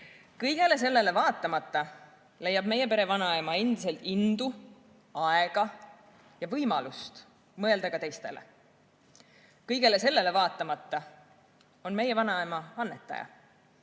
kõigele sellele vaatamata leiab meie pere vanaema endiselt indu, aega ja võimalust mõelda ka teistele. Kõigele sellele vaatamata on meie vanaema annetaja,